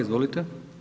Izvolite.